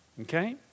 Okay